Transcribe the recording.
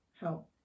help